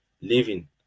living